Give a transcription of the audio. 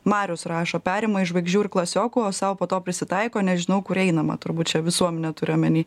marius rašo perima iš žvaigždžių ir klasiokų o sau po to prisitaiko nežinau kur einama turbūt čia visuomenę turi omeny